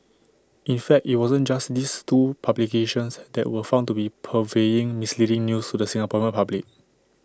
in fact IT wasn't just these two publications that were found to be purveying misleading news to the Singaporean public